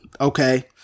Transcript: okay